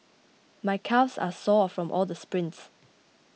my calves are sore from all the sprints